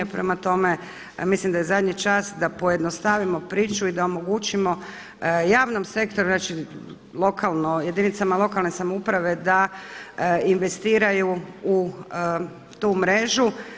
Prema tome, mislim da je zadnji čak da pojednostavimo priču i da omogućimo javnom sektoru, znači jedinicama lokalne samouprave da investiraju u tu mrežu.